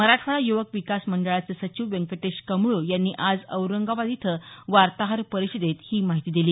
मराठवाडा युवक विकास मंडळाचे सचिव व्यंकटेश कमळ यांनी आज औरंगाबाद इथं वार्ताहर परिषदेत ही माहिती दिली